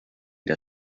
der